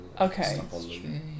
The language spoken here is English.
Okay